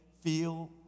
feel